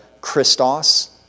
Christos